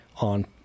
on